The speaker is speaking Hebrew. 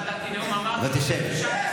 ותשב.